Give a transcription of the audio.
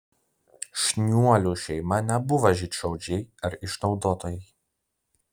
šniuolių šeima nebuvo žydšaudžiai ar išnaudotojai